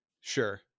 Sure